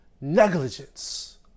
negligence